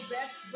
Best